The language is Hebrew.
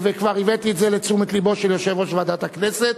וכבר הבאתי את זה לתשומת-לבו של יושב-ראש ועדת הכנסת,